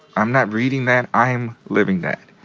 i'm not reading that i'm living that.